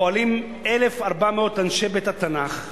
פועלים 1,400 אנשי בית-התנ"ך,